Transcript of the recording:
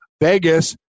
Vegas